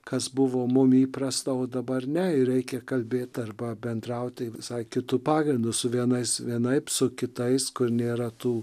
kas buvo mums įprasta o dabar ne ir reikia kalbėti arba bendrauti visai kitu pagrindu su vienais vienaip su kitais kur nėra tų